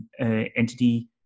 entity